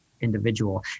individual